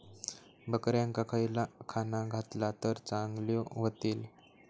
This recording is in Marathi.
बकऱ्यांका खयला खाणा घातला तर चांगल्यो व्हतील?